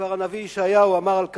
כבר הנביא ישעיהו אמר על כך: